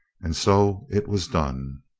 and so it was done.